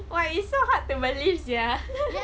!wah! it's so hard to believe sia